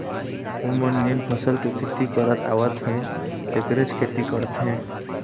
ओमन जेन फसल के खेती करत आवत हे तेखरेच खेती करथे